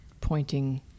pointing